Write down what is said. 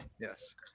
Yes